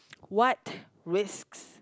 what risks